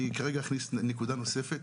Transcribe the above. אני כרגע אכניס נקודה נוספת.